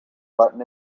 button